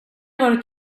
varit